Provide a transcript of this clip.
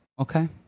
Okay